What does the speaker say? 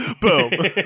Boom